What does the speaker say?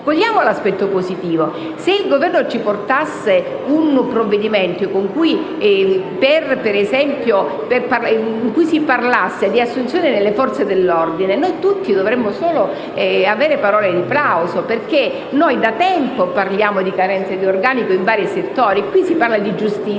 Cogliamo l'aspetto positivo: se il Governo ci portasse un provvedimento in cui, per esempio, si parlasse di assunzioni per le Forze dell'ordine, noi tutti dovremmo solo avere parole di plauso perché da tempo parliamo di carenze di organico in vari settori. Qui si parla di giustizia